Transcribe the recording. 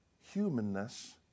humanness